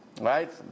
Right